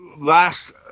Last